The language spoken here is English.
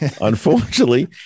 Unfortunately